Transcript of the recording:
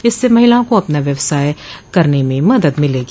इससे महिलाओं को अपना व्यवसाय करने में मदद मिलेगी